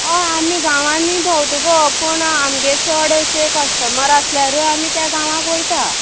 होय आमी गांवांनी भोंवता गो पूण आमगे चड अशें कश्टमर आसल्यार आमी ते गांवाक वयता